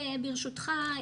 ברשותך,